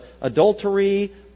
adultery